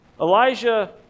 Elijah